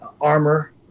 armor